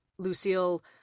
Lucille